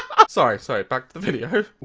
laughs sorry sorry back to the video